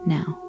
Now